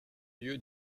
lieu